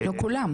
לא כולם